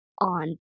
on